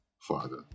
father